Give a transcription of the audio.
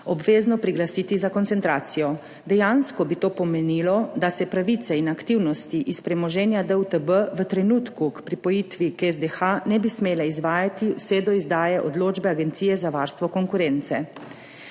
obvezno priglasiti za koncentracijo. Dejansko bi to pomenilo, da se pravice in aktivnosti iz premoženja DUTB v trenutku k pripojitvi k SDH ne bi smele izvajati vse do izdaje odločbe Agencije za varstvo konkurence.